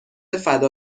فدا